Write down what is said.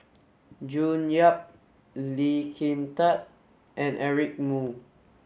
June Yap Lee Kin Tat and Eric Moo